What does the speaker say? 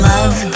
Love